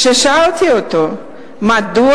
כששאלתי אותו מדוע